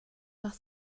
nach